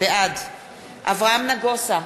בעד אברהם נגוסה,